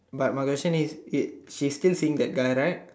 but my question is is she still seeing that guy right